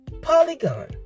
Polygon